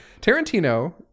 Tarantino